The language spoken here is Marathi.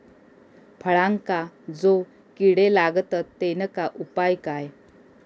फळांका जो किडे लागतत तेनका उपाय काय?